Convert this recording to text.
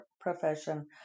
profession